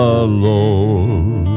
alone